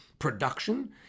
production